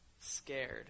scared